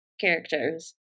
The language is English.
characters